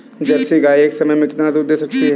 Jersey गाय एक समय में कितना दूध दे सकती है?